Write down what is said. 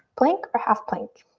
plank or half plank.